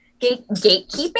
gatekeeping